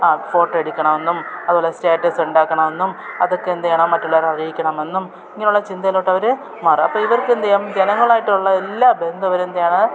photo എടുക്കണമെന്നും അതുപോലെ status ഉണ്ടാക്കണമന്നെന്നും അതൊക്കെ എന്തു ചെയ്യുകയാണ് മറ്റുള്ളവർ അറിയിക്കണമെന്നും ഇങ്ങനെയുള്ള ചിന്തയിട്ട് അവർ മാറീ അപ്പം ഇവർക്ക് എന്ത് ചെയ്യും ജനങ്ങളായിട്ടുള്ള എല്ലാ ബന്ധവും ഇവർ എന്തു ചെയ്യുകയാണ്